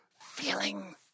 feeling